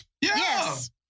Yes